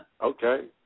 Okay